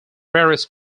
various